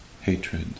hatred